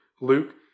Luke